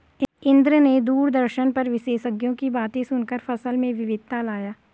इंद्र ने दूरदर्शन पर विशेषज्ञों की बातें सुनकर फसल में विविधता लाया